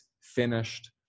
finished